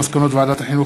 מסקנות ועדת החינוך,